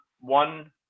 one